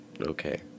Okay